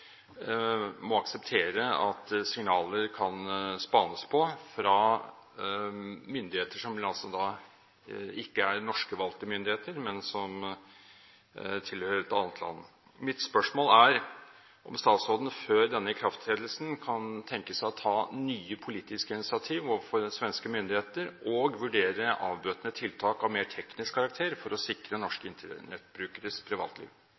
må akseptere at signaler kan spanes på fra myndigheter som ikke er norske, valgte myndigheter, men tilhører et annet land. Mitt spørsmål er om statsråden før denne ikrafttredelsen kan tenke seg å ta nye politiske initiativ overfor svenske myndigheter og vurdere avbøtende tiltak av mer teknisk karakter for å sikre norske internettbrukeres privatliv.